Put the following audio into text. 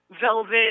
velvet